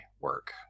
work